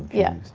yeah,